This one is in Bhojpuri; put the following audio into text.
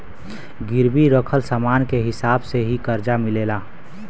गिरवी रखल समान के हिसाब से ही करजा मिलेला